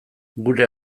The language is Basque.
gure